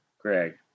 Greg